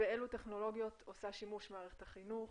באלו טכנולוגיות עושה שימוש מערכת החינוך?